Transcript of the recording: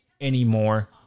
anymore